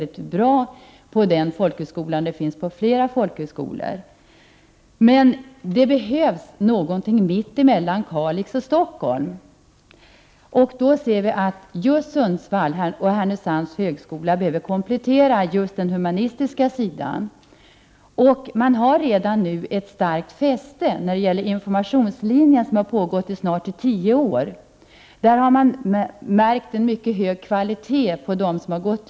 Det finns även journalistutbildning på andra folkhögskolor. Men det behövs också sådana utbildningsmöjligheter någonstans mellan Kalix och Stockholm. Då finner man att högskolan i Sundsvall-Härnösand behöver komplettera just den humanistiska sidan. Redan nu har man ett starkt fäste i form av informationslinjen som har funnits där i snart tio år. De som genomgått denna utbildning har uppvisat en mycket hög kvalitet.